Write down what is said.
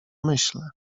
myślę